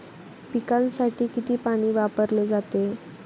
पिकांसाठी किती पाणी वापरले जाते?